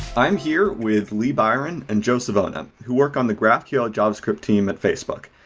i'm here with lee byron and joe savona who work on the graphql javascript team at facebook.